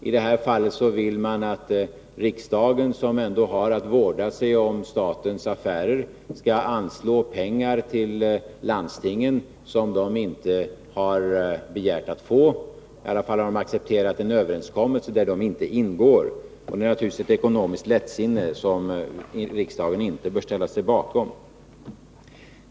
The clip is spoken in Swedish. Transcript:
I det här fallet vill man att riksdagen, som ändå har att vårda sig om statens affärer, skall anslå pengar till landstingen, som dessa inte har begärt att få. I alla fall har de accepterat en överenskommelse, där de inte ingår. Det rör sig naturligtvis om ett ekonomiskt lättsinne från vpk:s sida som riksdagen inte bör ställa sig bakom.